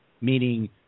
meaning